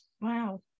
Wow